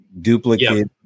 duplicate